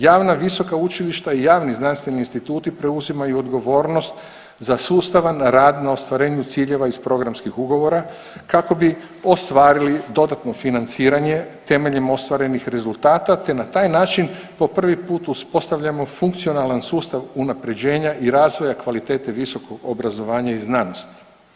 Javna visoka učilišta i javni znanstveni instituti preuzimaju odgovornost za sustavan rad na ostvarenju ciljeva iz programskih ugovora kako bi ostvarili dodatno financiranje temeljem ostvarenih rezultata te na taj način po prvi put uspostavljamo funkcionalan sustav unapređenja i razvoja kvalitete visokog obrazovanja i znanosti.